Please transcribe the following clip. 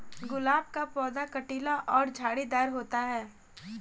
गुलाब का पौधा कटीला और झाड़ीदार होता है